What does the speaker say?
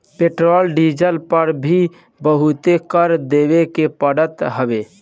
petrol diesel पअ भी बहुते कर देवे के पड़त हवे